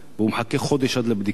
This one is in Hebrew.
והוא מחכה חודש עד לבדיקה,